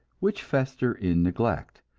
which fester in neglect.